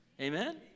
Amen